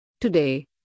today